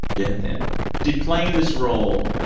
yeah yeah did playing this role,